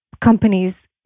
companies